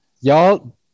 y'all